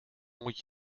moet